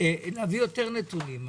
להביא יותר נתונים.